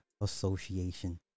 Association